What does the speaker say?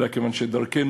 אלא כיוון שדרכנו,